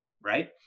right